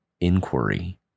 inquiry